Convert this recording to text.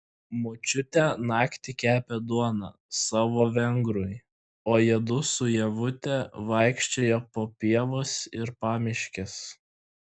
močiutė naktį kepė duoną savo vengrui o jiedu su ievute vaikščiojo po pievas ir pamiškes